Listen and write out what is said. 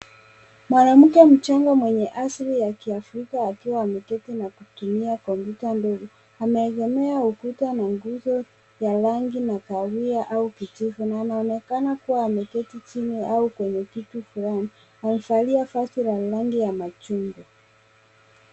Mwanamke mchanga mwenye asili ya kiafrika akiwa ameketi na kutumia Kompyuta nuru. Amegemea ukuta wa nguzo wa rangi na kahawia na kijivu na anaonekana maketeti chini au kwenye kiti fulani amevalia vazi ya rangi ya machungwa.